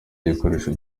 gikoresho